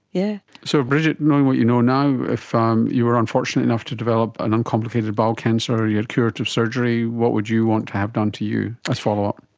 yeah so brigid, knowing what you know now, if ah um you were unfortunate enough to develop an uncomplicated bowel cancer, you had curative surgery, what would you want to have done to you as follow-up?